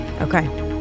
Okay